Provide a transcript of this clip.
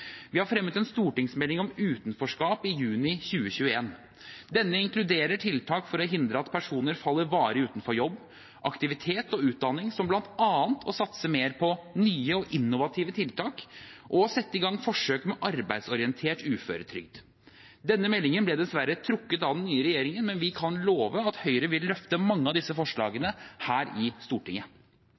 Vi fremmet en stortingsmelding om utenforskap i juni 2021. Denne inkluderer tiltak for å hindre at personer faller varig utenfor jobb, aktivitet og utdanning, som bl.a. å satse mer på nye og innovative tiltak og sette i gang forsøk med arbeidsorientert uføretrygd. Denne meldingen ble dessverre trukket av den nye regjeringen, men vi kan love at Høyre vil løfte mange av disse forslagene her i Stortinget.